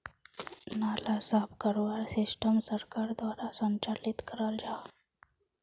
नाला साफ करवार सिस्टम सरकार द्वारा संचालित कराल जहा?